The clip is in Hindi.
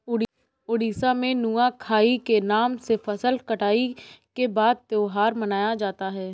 उड़ीसा में नुआखाई के नाम से फसल कटाई के बाद त्योहार मनाया जाता है